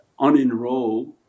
unenroll